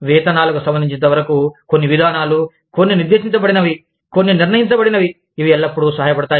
వేతనాలకు సంబంధించినంతవరకు కొన్ని విధానాలు కొన్ని నిర్దేశించబడినవి కొన్ని నిర్ణయించబడినవి ఇవి ఎల్లప్పుడూ సహాయపడతాయి